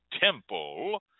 Temple